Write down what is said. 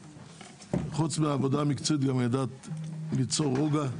חוץ מהעבודה המקצועית גם ידעת ליצור רוגע.